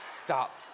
Stop